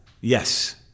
yes